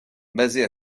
basée